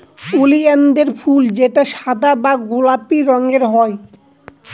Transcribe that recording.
ওলিয়ানদের ফুল যেটা সাদা বা গোলাপি রঙের হয়